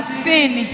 sin